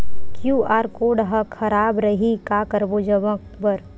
QR code हा खराब रही का करबो जमा बर?